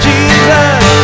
Jesus